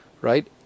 right